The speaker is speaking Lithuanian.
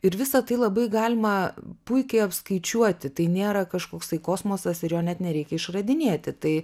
ir visa tai labai galima puikiai apskaičiuoti tai nėra kažkoks tai kosmosas ir jo net nereikia išradinėti tai